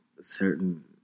certain